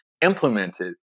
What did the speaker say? implemented